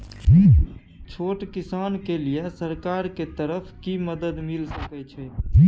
छोट किसान के लिए सरकार के तरफ कि मदद मिल सके छै?